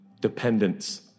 dependence